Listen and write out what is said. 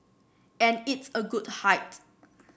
and it's a good height